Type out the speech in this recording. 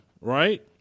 Right